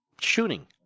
Shooting